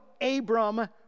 Abram